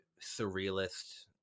surrealist